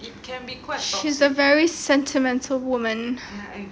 she's a very sentimental woman